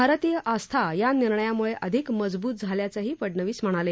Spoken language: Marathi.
भारतीय आस्था या निर्णयामुळे अधिक मजबूत झाल्याचंही फडणवीस म्हणाले